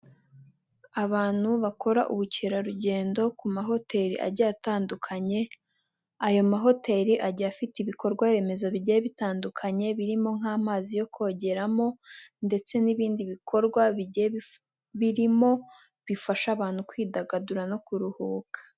Abantu bakora ubukerarugendo ku mahoteli agiye atandukanye, ayo mahoteli agiye afite ibikorwaremezo bigiye bitandukanye birimo nk'amazi yo kongeramo ndetse n'ibindi bikorwa birimo bifasha abantu kwidagadura no kuruhuka.